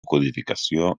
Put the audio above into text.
codificació